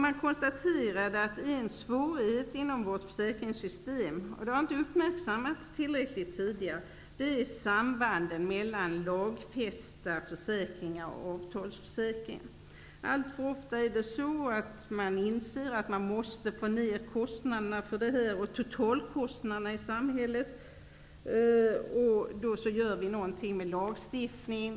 Man konstaterade där att en svårighet inom vårt försäkringssystem, som tidigare inte har uppmärksammats tillräckligt, är sambanden mellan de lagfästa försäkringarna och avtalsförsäkringarna. Alltför ofta går det till så, att man inser att man måste få ned totalkostnaderna för dessa i samhället och inför en lagstiftning.